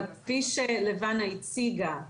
אבל כפי שלבנה הציגה,